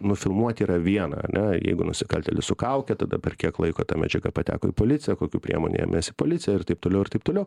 nufilmuot yra viena ane jeigu nusikaltėlis su kauke tada per kiek laiko ta medžiaga pateko į policiją kokių priemonių ėmėsi policija ir taip toliau ir taip toliau